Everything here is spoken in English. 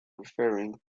referring